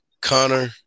Connor